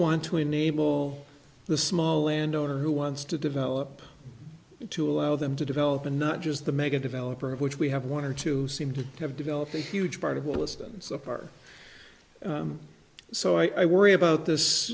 want to enable the small land owner who wants to develop to allow them to develop and not just the mega developer of which we have one or two seem to have developed a huge part of what distance apart so i worry about this